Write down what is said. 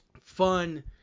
fun